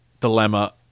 dilemma